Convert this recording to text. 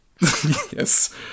Yes